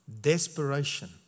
desperation